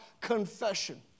confession